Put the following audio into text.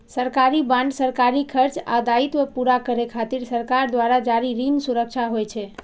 सरकारी बांड सरकारी खर्च आ दायित्व पूरा करै खातिर सरकार द्वारा जारी ऋण सुरक्षा होइ छै